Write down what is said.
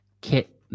Kit